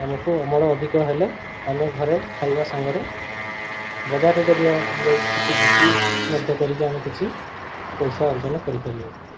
ଆମକୁ ଅମଳ ଅଧିକ ହେଲେ ଆମେ ଘରେ ଖାଇବା ସାଙ୍ଗରେ ବଜାରରେ ଯଦି ଯାଇକି କିଛି ବିକ୍ରି ମଧ୍ୟ କରିକି ଆମେ କିଛି ପଇସା ଅର୍ଜନ କରିପାରିବୁ